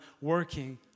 working